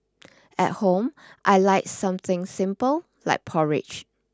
at home I like something simple like porridge